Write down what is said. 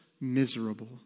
miserable